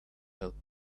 helper